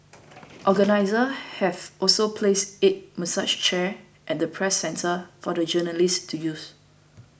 organiser have also placed eight massage chairs at the Press Centre for the journalists to use